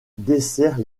dessert